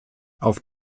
auf